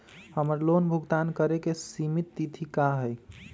हमर लोन भुगतान करे के सिमित तिथि का हई?